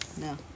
no